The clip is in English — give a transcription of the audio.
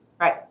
Right